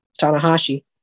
Tanahashi